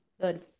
Good